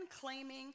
claiming